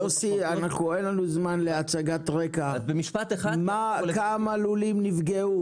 יוסי, אין לנו זמן להצגת רקע, כמה לולים נפגעו?